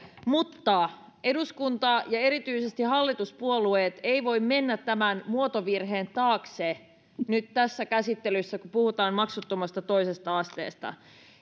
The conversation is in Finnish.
mutta eduskunta ja erityisesti hallituspuolueet eivät voi mennä tämän muotovirheen taakse nyt tässä käsittelyssä kun puhutaan maksuttomasta toisesta asteesta